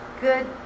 good